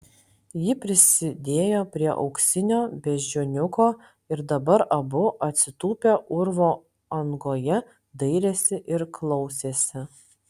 ji prisidėjo prie auksinio beždžioniuko ir dabar abu atsitūpę urvo angoje dairėsi ir klausėsi